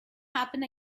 happen